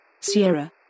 Sierra